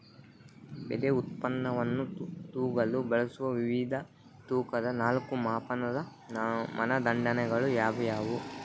ಬೆಳೆ ಉತ್ಪನ್ನವನ್ನು ತೂಗಲು ಬಳಸುವ ವಿವಿಧ ತೂಕದ ನಾಲ್ಕು ಮಾಪನದ ಮಾನದಂಡಗಳು ಯಾವುವು?